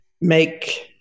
make